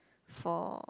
for